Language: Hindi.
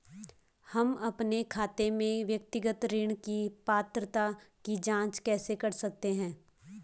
हम अपने खाते में व्यक्तिगत ऋण की पात्रता की जांच कैसे कर सकते हैं?